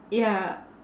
ya